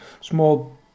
small